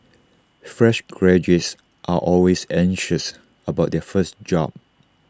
fresh graduates are always anxious about their first job